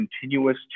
continuous